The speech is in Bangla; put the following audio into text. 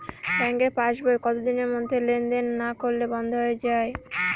ব্যাঙ্কের পাস বই কত দিনের মধ্যে লেন দেন না করলে বন্ধ হয়ে য়ায়?